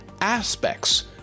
aspects